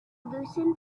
loosened